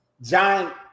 giant